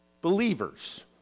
believers